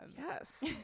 Yes